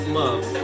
love